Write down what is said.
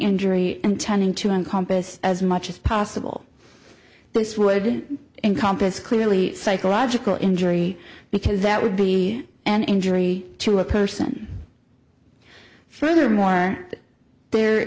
injury intending to encompass as much as possible this would encompass clearly psychological injury because that would be an injury to a person furthermore there